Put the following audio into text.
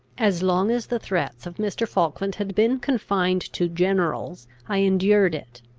as long as the threats of mr. falkland had been confined to generals, i endured it.